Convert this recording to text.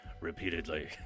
Repeatedly